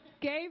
Gabe